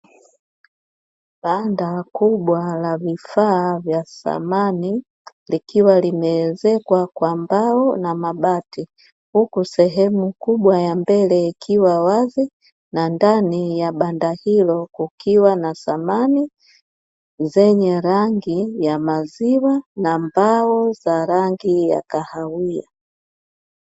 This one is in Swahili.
Banda kubwa la vifaa vya samani, likiwa limeezekwa kwa mbao na mabati, huku sehemu kubwa ya mbele ikiwa wazi, na ndani ya banda hilo kukiwa na samani, zenye rangi ya maziwa na mbao za rangi ya kahawia.